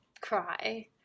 cry